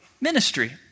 ministry